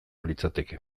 litzateke